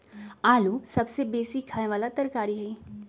आलू सबसे बेशी ख़ाय बला तरकारी हइ